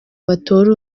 batore